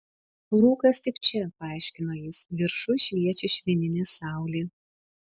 rūkas tik čia paaiškino jis viršuj šviečia švininė saulė